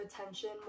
attention